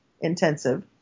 intensive